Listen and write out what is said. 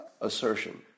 assertion